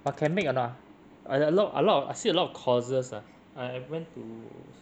but can make or not ah a a lot a lot I see a lot of courses ah I I went to